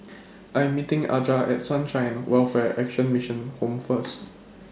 I Am meeting Aja At Sunshine Welfare Action Mission Home First